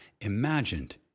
imagined